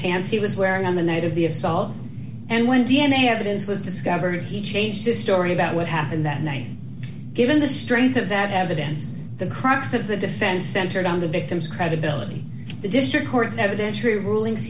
pants he was wearing on the night of the assault and when d n a evidence was discovered he changed his story about what happened that night given the strength of that evidence the crux of the defense centered on the victim's credibility the district